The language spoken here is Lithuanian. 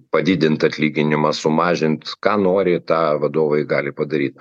padidint atlyginimą sumažint ką nori tą vadovai gali padaryt